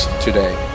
today